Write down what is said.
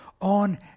on